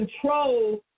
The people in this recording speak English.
control